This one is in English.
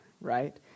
right